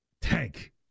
Tank